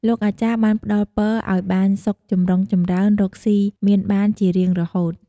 លោកអាចារ្យបានផ្តល់ពរឱ្យបានសុខចំរុងចម្រើន រកស៊ីមានបានជារៀងរហូត។